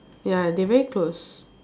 ya they very close